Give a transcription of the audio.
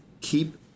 keep